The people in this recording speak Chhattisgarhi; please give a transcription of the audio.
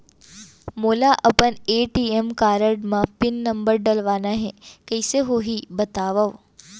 मोला अपन ए.टी.एम कारड म पिन नंबर डलवाना हे कइसे होही बतावव?